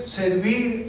servir